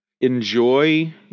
enjoy